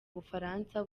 bufaransa